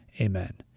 Amen